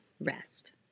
rest